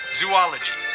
zoology